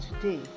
today